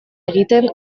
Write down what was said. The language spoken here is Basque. egiten